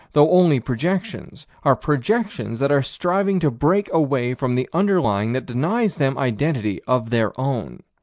though only projections, are projections that are striving to break away from the underlying that denies them identity of their own.